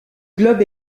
globe